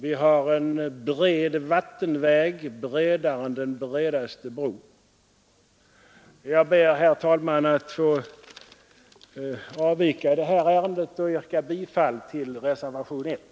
Vi har en bred vattenväg, bredare än den bredaste bro. Jag ber, herr talman, att få avvika från de mina i detta ärende och yrka bifall till reservationen 1.